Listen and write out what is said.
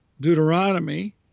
Deuteronomy